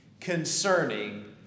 concerning